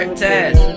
test